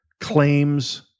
claims